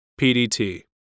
PDT